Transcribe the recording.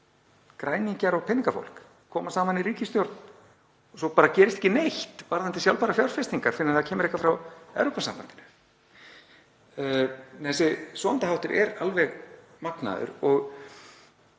græningjar og peningafólk koma saman í ríkisstjórn og svo bara gerist ekki neitt varðandi sjálfbærar fjárfestingar fyrr en það kemur eitthvað frá Evrópusambandinu. Þessi sofandaháttur er alveg magnaður. Og